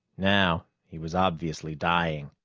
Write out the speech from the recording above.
now he was obviously dying.